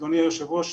אדוני היושב-ראש,